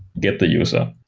get the user,